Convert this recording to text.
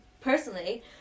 personally